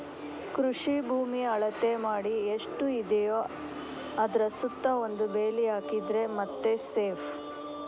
ಕೃಷಿ ಭೂಮಿ ಅಳತೆ ಮಾಡಿ ಎಷ್ಟು ಇದೆಯೋ ಅದ್ರ ಸುತ್ತ ಒಂದು ಬೇಲಿ ಹಾಕಿದ್ರೆ ಮತ್ತೆ ಸೇಫ್